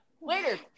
later